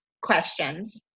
questions